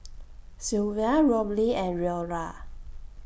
Sylvia Robley and Leora